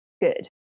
good